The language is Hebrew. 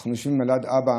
שבו אנחנו יושבים על יד אבא,